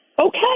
okay